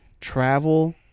travel